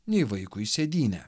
nei vaikui sėdynę